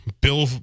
bill